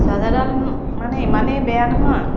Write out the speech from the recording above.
চাৰ্জাৰডাল মানে ইমানেই বেয়া নহয়